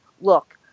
look